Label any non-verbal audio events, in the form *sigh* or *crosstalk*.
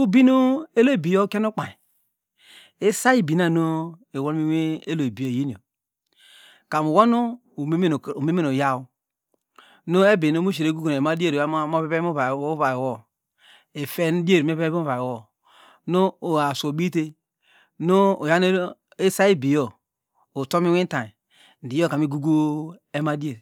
Ubirnu eloibigo ukien ukpainy isaibinanu iwolmu eloibina iyingo karnu wonu umemen *unintelligible* umenene uyaw nu ebinu mu shiregugun emadiar movevey muvaywo ifendier mivey muvaywo nuasu obite nu inyanu isaibigo utomintay di iyoka migugu emadiar